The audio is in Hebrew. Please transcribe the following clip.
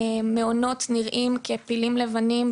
מעונות נראים כפילים לבנים,